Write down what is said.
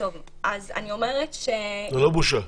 זה לא בושה.